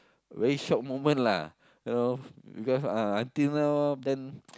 very shock moment lah you know because uh until now then